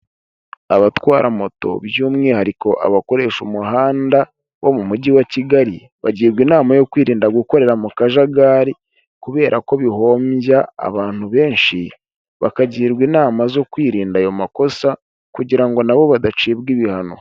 Abatwara moto by'umwihariko abakoresha umuhanda wo mu mujyi wa Kigali, bagirwa inama yo kwirinda gukorera mu kajagari kubera ko bihombya abantu benshi bakagirwa inama zo kwirinda ayo makosa kugira ngo na bo badacibwa ibihano.